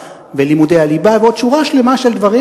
ולימודי הליבה ועוד שורה שלמה של דברים,